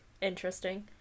interesting